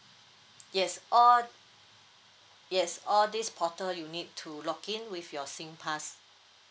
yes all yes all these portal you need to login with your singpass